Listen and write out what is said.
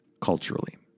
culturally